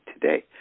today